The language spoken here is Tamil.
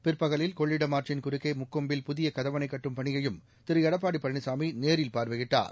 பிற்பகலில் கொள்ளிடம் ஆற்றின் குறுக்கே முக்கொம்பில் புதிய கதவணை கட்டும் பணியையும் திரு எடப்பாடி பழனிசாமி நேரில் பார்வையிட்டார்